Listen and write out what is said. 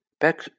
back